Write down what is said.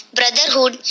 brotherhood